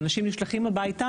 אנשים נשלחים הביתה